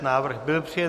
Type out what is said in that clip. Návrh byl přijat.